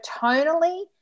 tonally